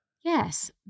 Yes